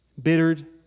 bittered